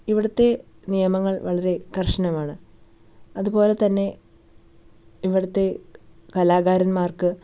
ഇവിടുത്തെ നിയമങ്ങള് വളരേ കര്ശനമാണ് അതുപോലെതന്നെ ഇവിടുത്തെ കലാകാരന്മാര്ക്ക്